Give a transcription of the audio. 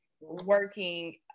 working